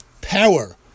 power